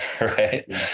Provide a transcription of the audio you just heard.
right